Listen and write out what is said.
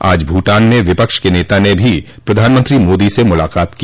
आज भूटान में विपक्ष के र्नता न भी प्रधानमंत्री मोदी से मुलाकात की